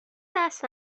دست